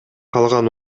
калган